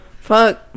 Fuck